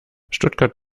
stuttgart